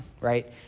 right